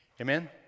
Amen